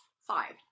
Five